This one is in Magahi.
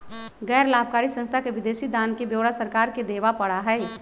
गैर लाभकारी संस्था के विदेशी दान के ब्यौरा सरकार के देवा पड़ा हई